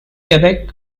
quebec